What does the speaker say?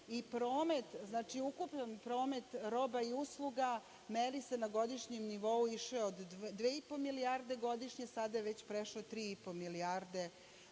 Srbiji i ukupan promet roba i usluga meri se na godišnjem nivou više od 2, 5 milijarde godišnje, sada je već prešao 3,5 milijarde